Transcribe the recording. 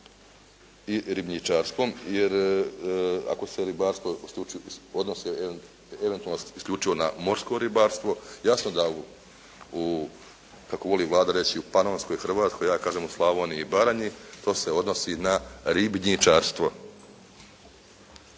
I ribničarstvom jer ako se ribarstvo odnosi eventualno isključivo na morsko ribarstvo jasno da u kako voli Vlada reći u panonskoj Hrvatskoj, ja kažem u Slavoniji i Baranji to se odnosi na ribnjičarstvo.